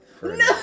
No